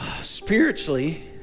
spiritually